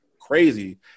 crazy